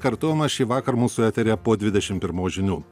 kartojimas šįvakar mūsų eteryje po dvidešimt pirmos žinių